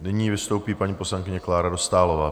Nyní vystoupí paní poslankyně Klára Dostálová.